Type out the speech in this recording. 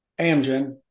Amgen